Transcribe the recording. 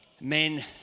men